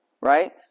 right